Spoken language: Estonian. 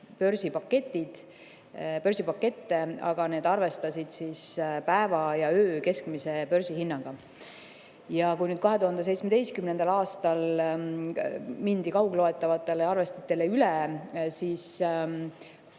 börsipakette, aga need arvestasid päeva ja öö keskmise börsihinnaga. Ja kui nüüd 2017. aastal mindi kaugloetavatele arvestitele üle, siis